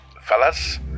fellas